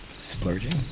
Splurging